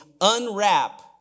unwrap